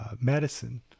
medicine